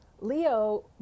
leo